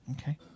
okay